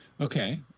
Okay